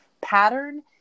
pattern